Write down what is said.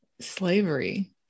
slavery